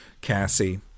Cassie